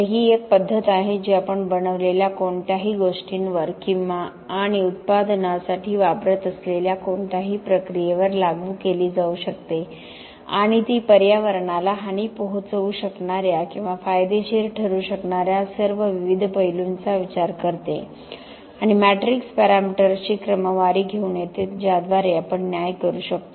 तर ही एक पद्धत आहे जी आपण बनवलेल्या कोणत्याही गोष्टीवर किंवा आपण उत्पादनासाठी वापरत असलेल्या कोणत्याही प्रक्रियेवर लागू केली जाऊ शकते आणि ती पर्यावरणाला हानी पोहोचवू शकणार्या किंवा फायदेशीर ठरू शकणार्या सर्व विविध पैलूंचा विचार करते आणि मॅट्रिक्स पॅरामीटर्सची क्रमवारी घेऊन येते ज्याद्वारे आपण न्याय करू शकतो